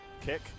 kick